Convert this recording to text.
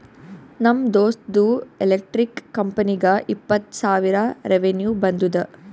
ನಮ್ ದೋಸ್ತ್ದು ಎಲೆಕ್ಟ್ರಿಕ್ ಕಂಪನಿಗ ಇಪ್ಪತ್ತ್ ಸಾವಿರ ರೆವೆನ್ಯೂ ಬಂದುದ